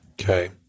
okay